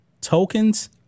tokens